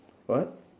what